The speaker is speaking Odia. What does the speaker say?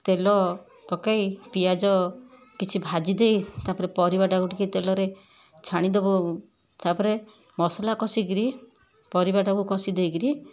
ତେଲ ପକେଇ ପିଆଜ କିଛି ଭାଜିଦେଇ ତାପରେ ପରିବା ଟିକେ ତେଲରେ ଛାଣିଦବୁ ତାପରେ ମସଲା କଷି କିରି ପରିବାଟାକୁ କଷି ଦେଇକିରି